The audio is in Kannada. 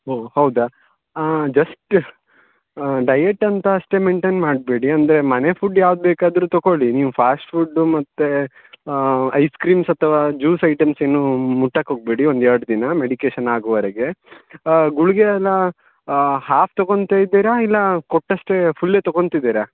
ಓ ಹೌದಾ ಜಸ್ಟ್ ಡಯೆಟ್ ಅಂತ ಅಷ್ಟೇ ಮೇಯ್ನ್ಟೇನ್ ಮಾಡಬೇಡಿ ಅಂದರೆ ಮನೆ ಫುಡ್ ಯಾವ್ದು ಬೇಕಾದರೂ ತಗೊಳ್ಳಿ ನೀವು ಫಾಸ್ಟ್ ಫುಡ್ಡು ಮತ್ತೆ ಐಸ್ ಕ್ರೀಮ್ಸ್ ಅಥವಾ ಜ್ಯೂಸ್ ಐಟಮ್ಸ್ ಏನೂ ಮುಟ್ಟೋಕ್ ಹೋಗಬೇಡಿ ಒಂದು ಎರಡು ದಿನ ಮೆಡಿಕೇಷನ್ ಆಗುವರೆಗೆ ಗುಳಿಗೆ ಎಲ್ಲ ಹಾಫ್ ತಗೊತಾ ಇದ್ದೀರಾ ಇಲ್ಲ ಕೊಟ್ಟಷ್ಟೇ ಫುಲ್ಲೆ ತಗೊತ ಇದ್ದೀರಾ